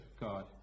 God